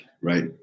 right